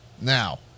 Now